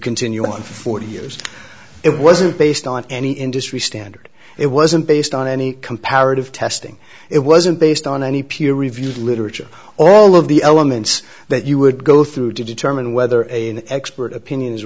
continue on for forty years it wasn't based on any industry standard it wasn't based on any comparative testing it wasn't based on any peer reviewed literature all of the elements that you would go through to determine whether an expert opinion